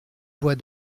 voix